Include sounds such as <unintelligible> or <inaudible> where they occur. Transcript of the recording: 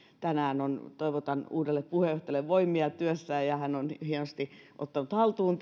tänään on käsitelty toivotan uudelle puheenjohtajalle voimia työssään hän on hienosti ottanut haltuun <unintelligible>